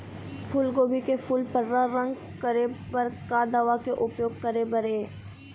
फूलगोभी के फूल पर्रा रंग करे बर का दवा के उपयोग करे बर ये?